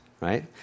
right